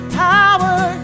power